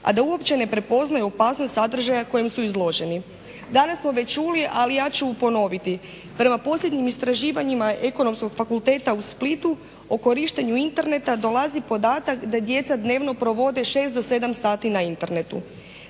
a da uopće ne prepoznaju opasnost sadržaja kojem su izloženi. Danas smo već čuli, ali ja ću ponoviti. Prema posljednjim istraživanjima Ekonomskog fakulteta u Splitu o korištenju interneta dolazi podatak da djeca dnevno provode 6 do 7 sati na internetu.